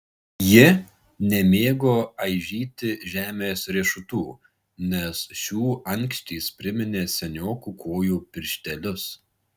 ji nemėgo aižyti žemės riešutų nes šių ankštys priminė seniokų kojų pirštelius